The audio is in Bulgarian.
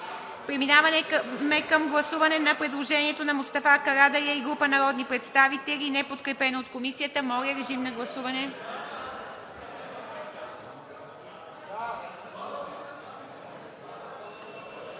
Преминаваме към гласуване на предложението на Мустафа Карадайъ и група народни представители неподкрепено от Комисията. Гласували